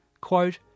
Quote